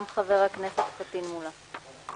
גם חבר הכנסת פטין מולא נגד.